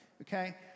okay